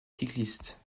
cyclistes